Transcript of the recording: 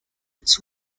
its